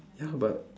ya but